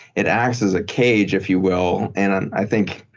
it acts as a cage, if you will. and and i think